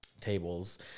tables